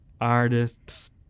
artists